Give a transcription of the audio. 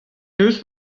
deus